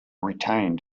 retained